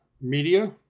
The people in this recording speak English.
media